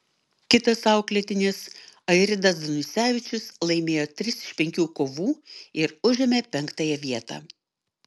kitas auklėtinis airidas danusevičius laimėjo tris iš penkių kovų ir užėmė penktąją vietą